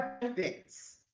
benefits